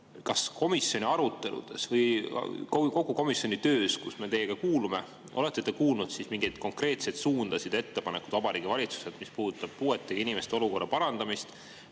kas komisjoni aruteludes või kogu selle komisjoni töös, kuhu me teiega kuulume, te olete kuulnud mingeid konkreetseid suundasid, ettepanekuid Vabariigi Valitsuselt, mis puudutavad puuetega inimeste olukorra parandamist,